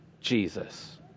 Jesus